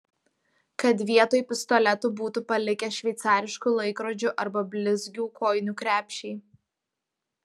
kad vietoj pistoletų būtų palikę šveicariškų laikrodžių arba blizgių kojinių krepšį